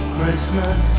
Christmas